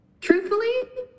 Truthfully